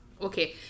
okay